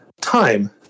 time